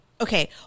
Okay